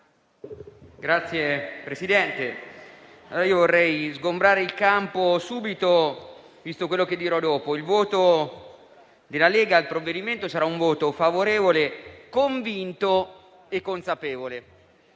Signor Presidente, vorrei sgombrare il campo subito visto quanto dirò dopo. Il voto della Lega al provvedimento sarà favorevole, convinto e consapevole.